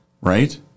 right